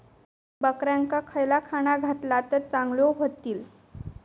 बकऱ्यांका खयला खाणा घातला तर चांगल्यो व्हतील?